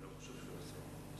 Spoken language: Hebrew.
אני לא חושב שהוא היה שר חוץ.